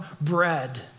bread